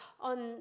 on